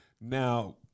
Now